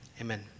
Amen